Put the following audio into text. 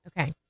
Okay